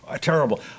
Terrible